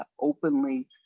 openly